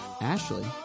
Ashley